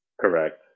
Correct